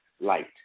light